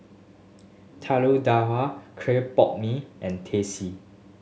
Telur Dadah clay pot mee and Teh C